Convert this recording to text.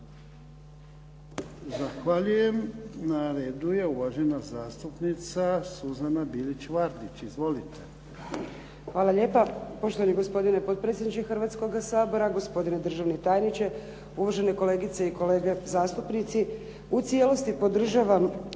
Zahvaljujem. Na radu je uvažena zastupnica Suzana Bilić Vardić. Izvolite. **Bilić Vardić, Suzana (HDZ)** Hvala lijepo poštovani gospodine potpredsjedniče Hrvatskoga sabora, gospodine državni tajniče, uvažene kolegice i kolege zastupnici. U cijelosti podržavam